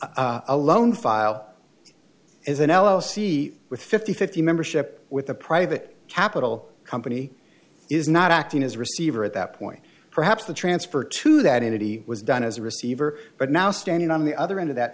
a loan file is an l l c with fifty fifty membership with a private capital company is not acting as a receiver at that point perhaps the transfer to that entity was done as a receiver but now standing on the other end of that